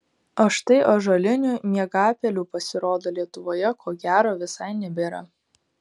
o štai ąžuolinių miegapelių pasirodo lietuvoje ko gero visai nebėra